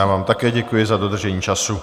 Já vám také děkuji za dodržení času.